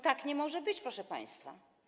Tak nie może być, proszę państwa.